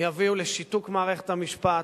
יביאו לשיתוק מערכת המשפט,